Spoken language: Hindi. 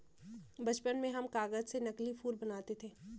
बचपन में हम कागज से नकली फूल बनाते थे